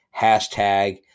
hashtag